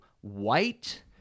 white